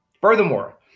Furthermore